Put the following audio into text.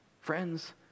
Friends